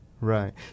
Right